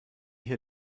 hier